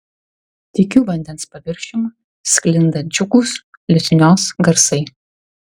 tykiu vandens paviršium sklinda džiugūs liutnios garsai